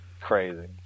Crazy